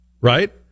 right